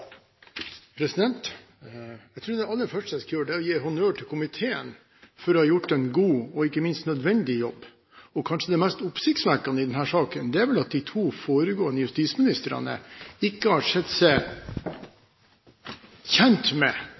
høsten. Jeg tror det aller første jeg skal gjøre, er å gi honnør til komiteen for å ha gjort en god og ikke minst nødvendig jobb. Kanskje det mest oppsiktsvekkende i denne saken er at de to foregående justisministrene ikke har sett seg tjent med